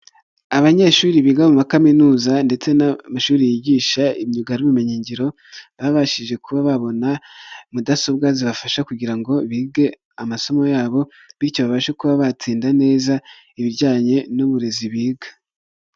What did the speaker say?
Abanyeshuri biga mu ma kaminuza ndetse n'amashuri yigisha imyuga n'ubumenyingiro, babashije kuba babona mudasobwa zibafasha kugira ngo bige amasomo yabo, bityo babashe kuba batsinda neza ibijyanye n'uburezi biga.